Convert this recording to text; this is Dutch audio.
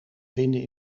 vinden